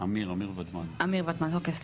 אמיר ודמני, אתה